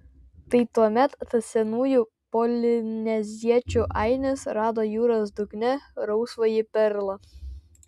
tai tuomet tas senųjų polineziečių ainis rado jūros dugne rausvąjį perlą